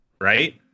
Right